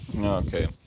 Okay